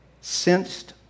sensed